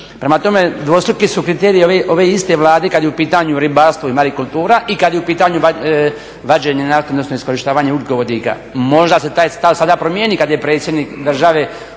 Prema tome, dvostruki su kriterije ove iste Vlade kada je u pitanju ribarstvo i … i kada je u pitanju vađenje nafte, odnosno iskorištavanje ugljikovodika. Možda se taj stav sada promijeni kada je predsjednik države